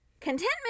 Contentment